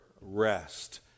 rest